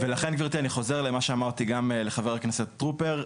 ולכן גברתי אני חוזר למה שאמרתי גם לחבר הכנסת טרופר,